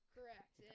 Correct